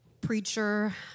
preacher